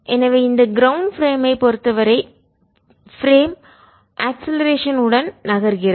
எனவே இந்த ground frame ஐ பொறுத்தவரை பிரேம் ஆக்ஸிலரேஷன் உடன் திசைவேகத்துடன் நகர்கிறது